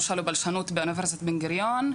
ממשל ובלשנות באונ' בן גוריון.